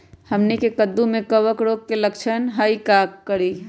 हमनी के कददु में कवक रोग के लक्षण हई का करी?